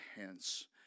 hence